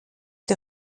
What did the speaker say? der